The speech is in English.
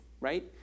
right